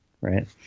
right